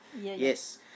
Yes